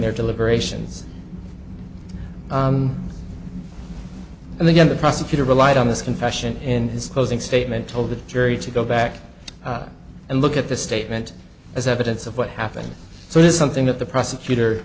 their deliberations and then the prosecutor relied on this confession in his closing statement told the jury to go back and look at the statement as evidence of what happened so it is something that the prosecutor